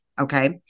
Okay